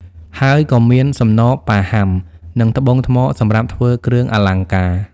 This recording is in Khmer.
ហើយក៏មាន សំណ ប៉ាហាំង និង ត្បូងថ្ម សម្រាប់ធ្វើគ្រឿងអលង្ការ។